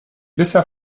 bisher